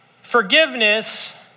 Forgiveness